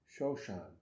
Shoshan